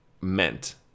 meant